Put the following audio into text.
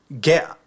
get